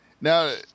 Now